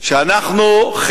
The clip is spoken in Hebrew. שאנחנו,